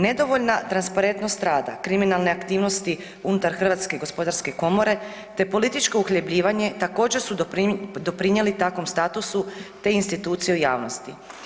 Nedovoljna transparentnost rada, kriminalne aktivnosti unutar Hrvatske gospodarske komore te političko uhljebljivanje također su doprinijeli takvom statusu te institucije u javnosti.